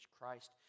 Christ